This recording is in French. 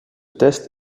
test